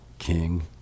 king